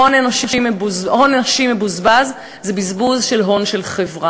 הון אנושי מבוזבז זה בזבוז של הון של חברה.